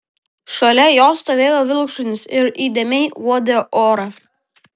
šalia jo stovėjo vilkšunis ir įdėmiai uodė orą